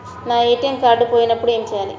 నా ATM card పోయినప్పుడు ఏమి చేయాలి?